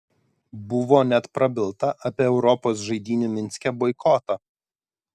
buvo net prabilta apie europos žaidynių minske boikotą